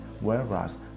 Whereas